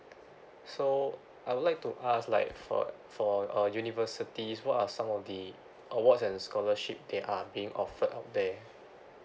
so I would like to ask like for for a university what are some of the awards and scholarship there are being offered out there